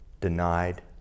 denied